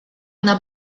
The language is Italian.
una